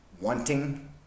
Wanting